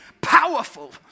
powerful